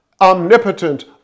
omnipotent